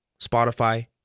Spotify